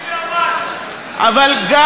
אבל גם